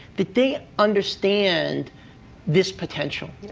that they understand this potential.